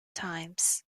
times